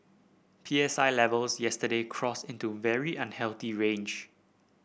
P S I levels yesterday crossed into very unhealthy range